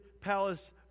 palace